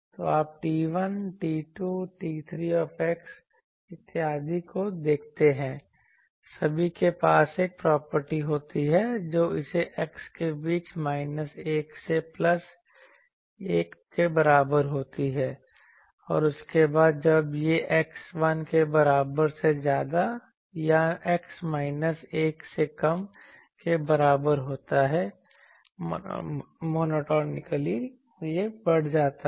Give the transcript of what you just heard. तो आप T1 T2 T3 इत्यादि को देखते हैं सभी के पास एक प्रॉपर्टी होती है जो इसे x के बीच माइनस 1 से प्लस 1 के बराबर होती है और उसके बाद जब यह x 1 के बराबर से ज्यादा या x माइनस 1 से कम के बराबर होता है 1 मोनोटोनिकली यह बढ़ जाता है